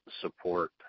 support